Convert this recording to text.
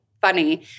funny